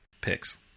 Picks